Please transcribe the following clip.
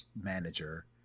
manager